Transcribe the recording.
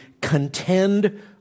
contend